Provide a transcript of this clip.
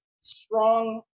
strong